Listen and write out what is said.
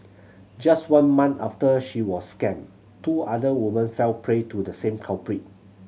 just one month after she was scammed two other women fell prey to the same culprit